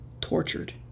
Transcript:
tortured